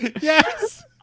yes